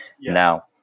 Now